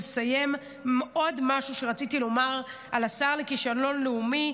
לסיים עוד משהו שרציתי לומר על השר לכישלון לאומי,